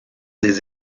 des